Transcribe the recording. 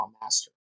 Master